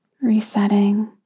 resetting